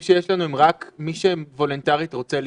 הם רק מי שוולונטרית רוצה להיבדק?